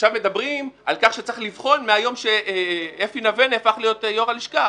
עכשיו מדברים על כך שצריך לבחון מהיום שאפי נוה נהפך להיות יו"ר הלשכה.